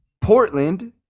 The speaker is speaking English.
Portland